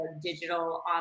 digital